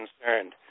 concerned